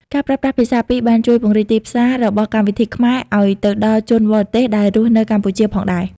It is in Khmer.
ការប្រើប្រាស់ភាសាពីរបានជួយពង្រីកទីផ្សាររបស់កម្មវិធីខ្មែរឱ្យទៅដល់ជនបរទេសដែលរស់នៅកម្ពុជាផងដែរ។